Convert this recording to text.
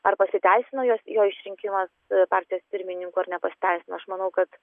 ar pasiteisino jos jo išrinkimas partijos pirmininku ar nepasiteisino aš manau kad